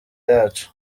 yacu